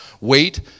wait